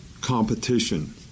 competition